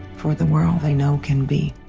for the world i know can be.